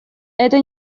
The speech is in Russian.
это